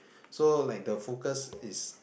so like the focus is